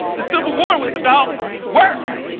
the civil war was about work.